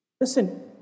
Listen